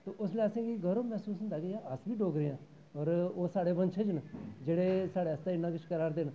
तां उसलै असें गी गौह् मसूस होंदा ऐ कि यार अस बी डोगरे आं और ओह् साढ़े वंशज न जेह्ड़े साढ़े आस्तै इन्ना किश करै'रदे न